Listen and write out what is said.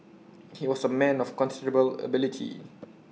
he was A man of considerable ability